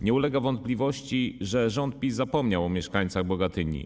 Nie ulega wątpliwości, że rząd PiS zapomniał o mieszkańcach Bogatyni.